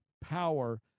power